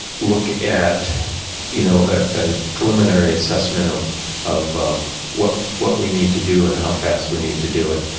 look at you know a and preliminary assessment of of what what we need to do and how fast we need to do it.